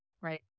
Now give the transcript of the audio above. right